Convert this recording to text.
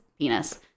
penis